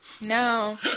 No